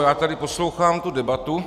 Já tady poslouchám tu debatu.